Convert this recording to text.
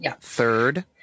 Third